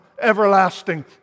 everlasting